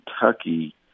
Kentucky